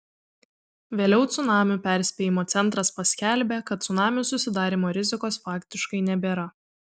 vėliau cunamių perspėjimo centras paskelbė kad cunamių susidarymo rizikos faktiškai nebėra